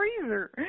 freezer